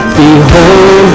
Behold